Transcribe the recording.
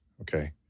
okay